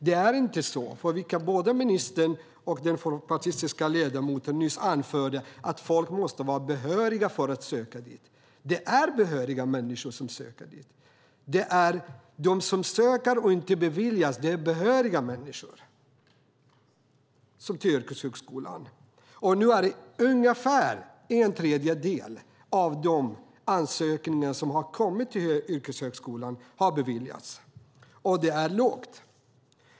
Det är inte så att folk måste vara behöriga för att söka dit, som både ministern och den folkpartistiske ledamoten nyss anförde. Men det är behöriga människor som söker dit. De som söker och inte beviljas plats i yrkeshögskolan är behöriga människor. Ungefär en tredjedel av de ansökningar som har kommit till yrkeshögskolan har beviljats. Det är lågt.